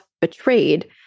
betrayed